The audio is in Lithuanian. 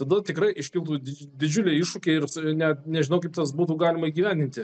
tada tikrai iškiltų didžiuliai iššūkiai ir net nežinau kaip tas būtų galima įgyvendinti